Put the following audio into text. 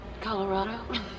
Colorado